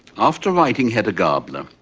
after writing hedda gabler,